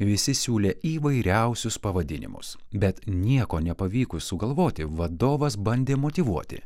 visi siūlė įvairiausius pavadinimus bet nieko nepavykus sugalvoti vadovas bandė motyvuoti